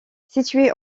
situé